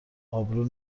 ابرو